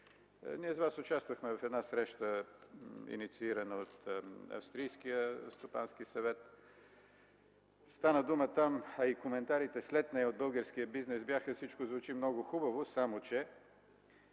С Вас участвахме в среща, инициирана от Австрийския стопански съвет. Там стана дума, а и коментарите след нея от българския бизнес бяха: „Всичко звучи много хубаво, но какво